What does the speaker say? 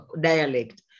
dialect